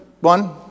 one